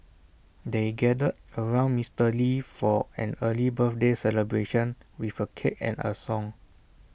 they gathered around Mister lee for an early birthday celebration with A cake and A song